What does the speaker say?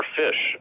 fish